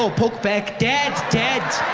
so poke back. dead, dead,